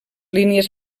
línies